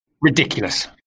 Ridiculous